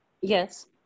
Yes